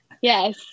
Yes